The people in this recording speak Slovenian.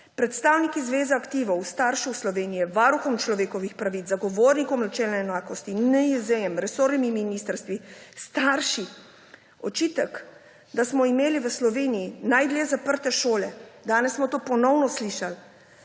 predstavniki Zveze aktivov svetov staršev Slovenije, Varuhom človekovih pravic, Zagovornikom načelna enakosti, NIJZ, resornimi ministrstvi, starši. Očitek, da smo imeli v Sloveniji najdlje zaprte šole – danes smo to ponovno slišali